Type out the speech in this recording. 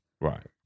right